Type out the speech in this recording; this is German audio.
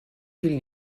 vielen